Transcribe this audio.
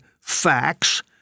facts